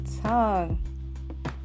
tongue